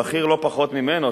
בכיר לא פחות ממנו,